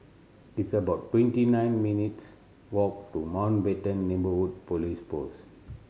it's about twenty nine minutes' walk to Mountbatten Neighbourhood Police Post